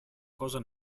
cosa